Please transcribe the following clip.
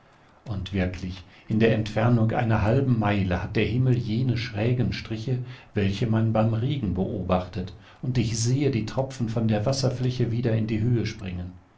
und wirklich in der entfernung einer halben meile hat der himmel jene schrägen striche welche man beim regen beobachtet und ich sehe die tropfen von der wasserfläche wieder in die höhe springen